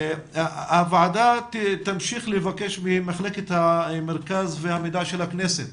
הוועדה תבקש ממחלקת המחקר והמידע של הכנסת